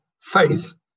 faith